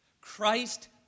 Christ